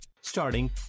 Starting